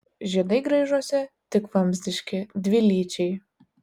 žiedai graižuose tik vamzdiški dvilyčiai